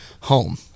Home